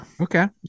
Okay